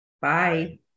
Bye